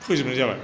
फोजोबनाय जाबाय